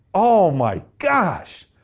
oh my gosh!